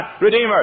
Redeemer